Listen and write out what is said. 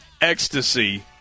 ecstasy